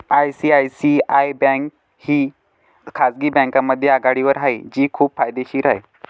ICICI bank ही खाजगी बँकांमध्ये आघाडीवर आहे जी खूप फायदेशीर आहे